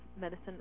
medicine